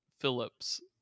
Phillips